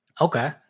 Okay